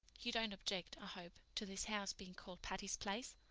you don't object, i hope, to this house being called patty's place?